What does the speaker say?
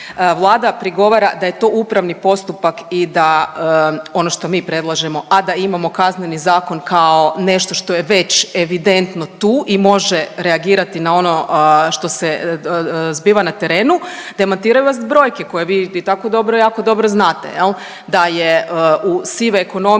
Vlada prigovara da je to upravni postupak i da ono što mi predlažemo, a da imamo Kazneni zakon kao nešto što je već evidentno tu i može reagirati na ono što se zbiva na terenu demantiraju vas brojke koje vi i tako dobro, jako dobro znate jel' da je sive ekonomije